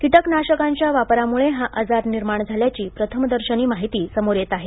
कीटकनाशकांच्या वापरामुळे हा आजार निर्माण झाल्याची प्रथमदर्शनी माहिती समोर येत आहे